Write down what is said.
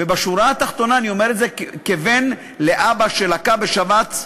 ובשורה התחתונה אני אומר את זה כבן לאבא שלקה בשבץ מוחי,